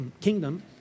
kingdom